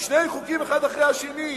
שני חוקים אחד אחרי השני,